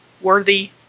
worthy